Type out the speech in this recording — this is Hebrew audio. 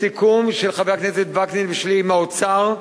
בסיכום של חבר הכנסת וקנין ושלי עם האוצר,